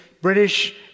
British